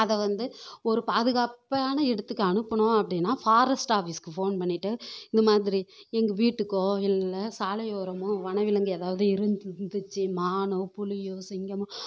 அதை வந்து ஒரு பாதுகாப்பான இடத்துக்கு அனுப்பணும் அப்படினா ஃபாரஸ்ட்டு ஆஃபீஸ்க்கு ஃபோன் பண்ணிட்டு இந்த மாதிரி எங்கள் வீட்டுக்கோ இல்லை சாலையோரமோ வனவிலங்கு ஏதாவது இருந் இருந்துச்சு மானோ புலியோ சிங்கமோ